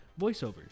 voiceovers